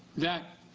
that